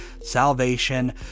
salvation